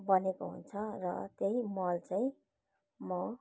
बनेको हुन्छ र त्यही मल चाहिँ म